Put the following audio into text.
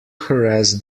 harass